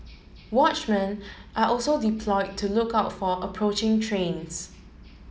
watchmen are also deploy to look out for approaching trains